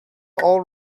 all